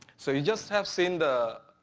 so you just have seen the